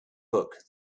book